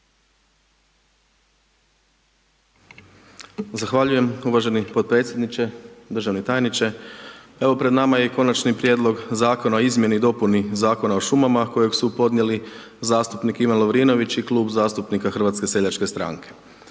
Zahvaljujem uvaženi potpredsjedniče. Državni tajniče, evo pred nama je i Konačni prijedlog zakona o izmjeni i dopuni Zakona o šumama kojeg su podnijeli zastupnik Ivan Lovrinović i Klub zastupnika HSS-a. Izmjene